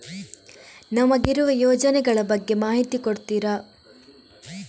ನಮಗಿರುವ ಯೋಜನೆಗಳ ಬಗ್ಗೆ ಮಾಹಿತಿ ಕೊಡ್ತೀರಾ?